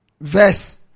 verse